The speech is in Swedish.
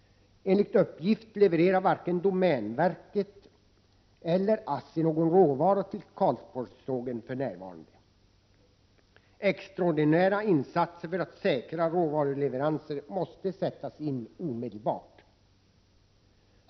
Enligt uppgift levererar varken domänverket eller ASSI någon råvara till Karlsborgssågen för närvarande. Extraordinära insatser för att säkra råvaruleveranser måste omedelbart göras.